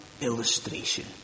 illustration